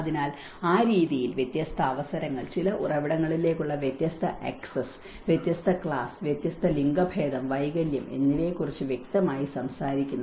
അതിനാൽ ആ രീതിയിൽ വ്യത്യസ്ത അവസരങ്ങൾ ചില ഉറവിടങ്ങളിലേക്കുള്ള വ്യത്യസ്ത ആക്സസ് വ്യത്യസ്ത ക്ലാസ് വ്യത്യസ്ത ലിംഗഭേദം വൈകല്യം എന്നിവയെക്കുറിച്ച് വ്യക്തമായി സംസാരിക്കുന്നു